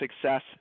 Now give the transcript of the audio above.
success